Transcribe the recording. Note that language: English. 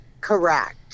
Correct